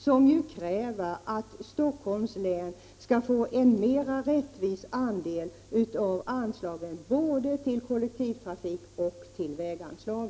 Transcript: Där krävs att Stockholms län skall få en mera rättvis andel av anslagen både för kollektivtrafik och för vägar.